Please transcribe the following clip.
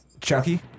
Chucky